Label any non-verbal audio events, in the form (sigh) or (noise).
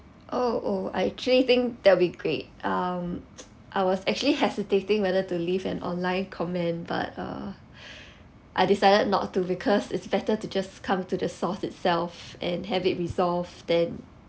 oh oh I actually think that'll great um (noise) I was actually hesitating whether to leave an online comment but uh (breath) I decided not to because it's better to just come to the source itself and have it resolve than